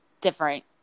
different